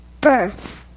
birth